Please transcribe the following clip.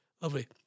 Lovely